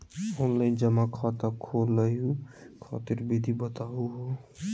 Online जमा खाता खोलहु खातिर विधि बताहु हो?